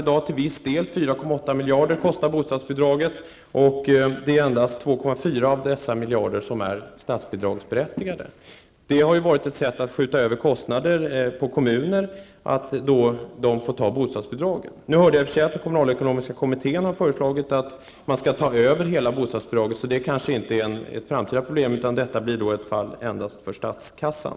Bostadsbidragen kostar 4,8 miljarder, och kommunerna är berättigade till statsbidrag endast för 2,4 miljarder. Det har varit ett sätt att skjuta över kostnader på kommunerna. Nu hörde jag i och för sig att den kommunalekonomiska kommittén har föreslagit att staten skall ta över hela bostadsbidraget. Då blir detta ett fall endast för statskassan.